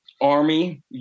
army